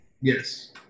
Yes